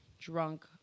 drunk